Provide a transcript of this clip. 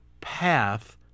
path